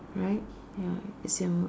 right ya it's your mood